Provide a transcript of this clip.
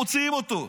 מוציאים אותו.